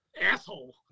asshole